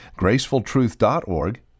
gracefultruth.org